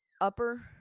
upper